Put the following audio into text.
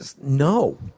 no